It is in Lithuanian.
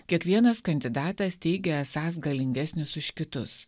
kiekvienas kandidatas teigia esąs galingesnis už kitus